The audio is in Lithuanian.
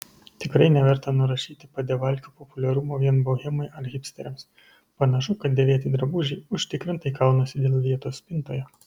tikrai neverta nurašyti padevalkių populiarumo vien bohemai ar hipsteriams panašu kad dėvėti drabužiai užtikrintai kaunasi dėl vietos spintoje